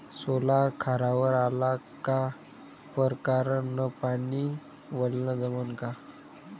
सोला खारावर आला का परकारं न पानी वलनं जमन का?